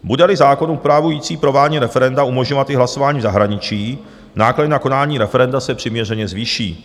Budeli zákon upravující provádění referenda umožňovat i hlasování v zahraničí, náklady na konání referenda se přiměřeně zvýší.